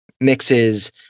mixes